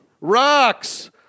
rocks